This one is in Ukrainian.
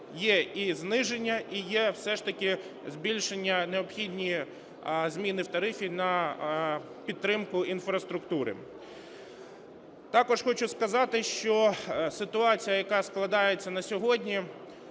є і зниження, і є все ж таки збільшення, необхідні зміни в тарифі на підтримку інфраструктури. Також хочу сказати, що ситуація, яка складається на сьогодні,